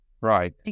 Right